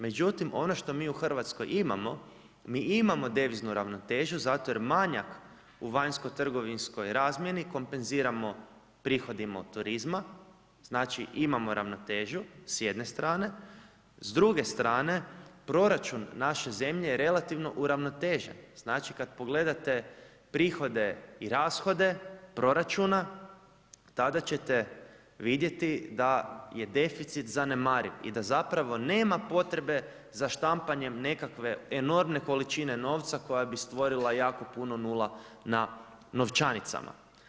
Međutim, ono što mi u Hrvatskoj imamo, mi imamo deviznu ravnotežu zato jer manjak u vanjsko-trgovinskoj razmjeni kompenziramo prihodima od turizma, znači imamo ravnotežu s jedne strane, s druge strane, proračun naše zemlje je relativno uravnotežen, znači kad pogledate prihode i rashode proračuna, tada ćete vidjeti da je deficit zanemariv i da zapravo nema potrebe za štampanjem nekakve enormne količine novca koja bi stvorila jako puno nula na novčanicama.